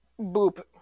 Boop